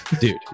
Dude